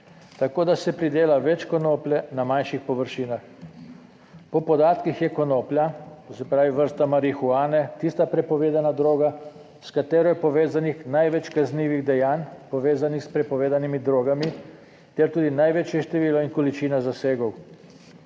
tako da se pridela več konoplje na manjših površinah. Po podatkih je konoplja, to se pravi vrsta marihuane, tista prepovedana droga s katero je povezanih največ kaznivih dejanj povezanih s prepovedanimi drogami ter tudi največje število in količina zasegov